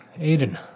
Aiden